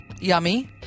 Yummy